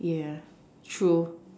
ya true